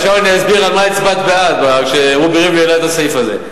עכשיו אני אסביר על מה הצבעת בעד כשרובי ריבלין העלה את הסעיף הזה.